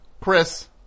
Chris